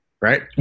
right